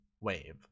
wave